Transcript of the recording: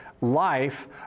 life